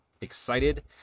excited